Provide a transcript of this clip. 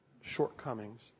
shortcomings